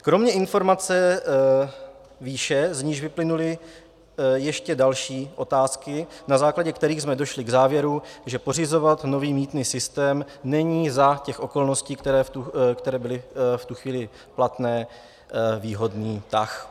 Kromě informace výše, z níž vyplynuly ještě další otázky, na základě kterých jsme došli k závěru, že pořizovat nový mýtný systém není za těch okolností, které byly v tu chvíli platné, výhodný tah.